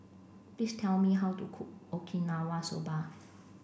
please tell me how to cook Okinawa soba